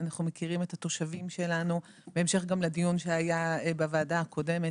גם בהמשך לדיון שהיה בוועדה הקודמת,